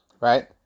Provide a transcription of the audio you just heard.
right